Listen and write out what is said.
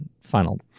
final